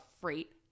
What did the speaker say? freight